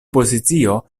pozicio